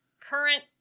current